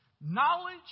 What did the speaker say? Knowledge